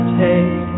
take